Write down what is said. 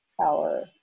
power